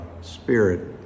spirit